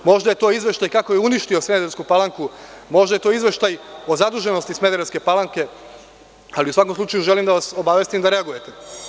Možda je to izveštaj kako je uništio Smederevsku Palanku, možda je to izveštaj o zaduženosti Smederevske Palanke, ali u svakom slučaju želim da vas obavestim da reagujete.